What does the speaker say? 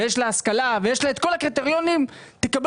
יש לה השכלה והיא עומדת בכל הקריטריונים תקבל